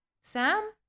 Sam